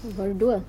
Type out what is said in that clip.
mm baru dua